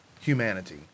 humanity